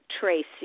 Tracy